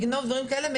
דברים כאלה,